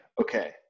Okay